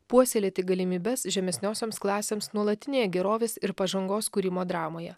puoselėti galimybes žemesniosioms klasėms nuolatinėje gerovės ir pažangos kūrimo dramoje